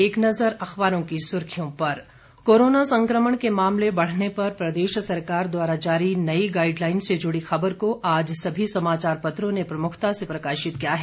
एक नज़र अख़बारों की सुर्खियां पर कोरोना संकमण के मामले बढ़ने पर प्रदेश सरकार द्वारा जारी नई गाइडलाइन से जुड़ी खबर को आज सभी समाचार पत्रों ने प्रमुखता से प्रकाशित किया है